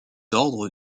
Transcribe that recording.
ordres